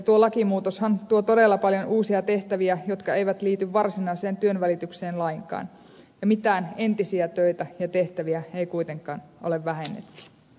tuo lakimuutoshan tuo todella paljon uusia tehtäviä jotka eivät liity varsinaiseen työnvälitykseen lainkaan ja mitään entisiä töitä ja tehtäviä ei kuitenkaan ole vähennetty